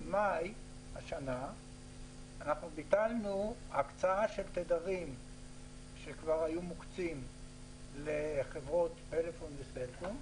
מאי 2020 ביטלנו הקצאה של תדרים שכבר היו מוקצים לחברות פלאפון וסלקום,